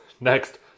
Next